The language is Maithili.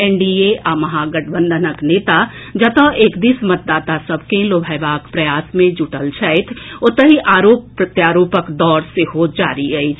एनडीए आ महागठबंधनक नेता जतऽ एक दिस मतदाता सभ के लोभयबाक प्रयास मे जुटल छथि ओतहि आरोप प्रत्यारोपक दौर सेहो जारी अछि